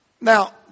Now